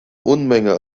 unmenge